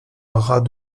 haras